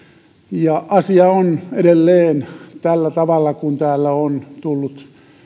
ja asia on edelleen tällä tavalla kuin täällä on tullut